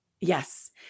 Yes